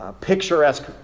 picturesque